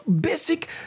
basic